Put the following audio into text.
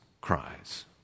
cries